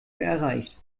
erreicht